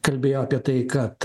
kalbėjo apie tai kad